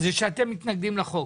שאתם מתנגדים לחוק,